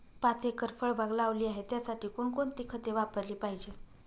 पाच एकर फळबाग लावली आहे, त्यासाठी कोणकोणती खते वापरली पाहिजे?